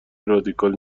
رادیکال